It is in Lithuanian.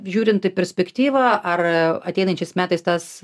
žiūrint į perspektyvą ar ateinančiais metais tas